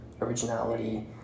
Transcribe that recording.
Originality